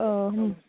औ